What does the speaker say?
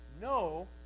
no